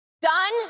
Done